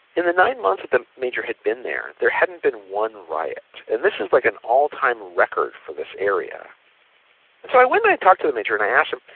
in the nine months that the major had been there, there hadn't been one riot and this is like an all time record for this area and so, i went and talked to the major and i asked him,